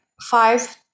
five